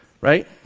Right